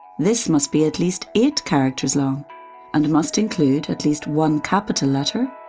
this must be at least eight characters long and must include at least one capital letter,